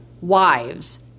wives